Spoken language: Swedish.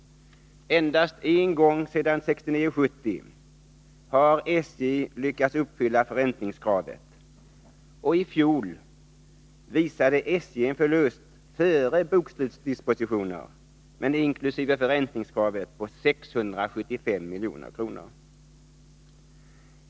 Endast en gång sedan 1969/70 har SJ lyckats uppfylla förräntningskravet, och i fjol visade SJ en förlust före bokslutsdispositioner — men inkl. förräntningskravet — på 675 milj.kr.